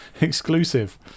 Exclusive